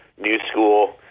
new-school